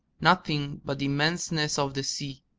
nothing but the immenseness of the sea.